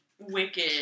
Wicked